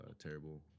terrible